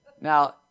Now